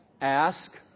ask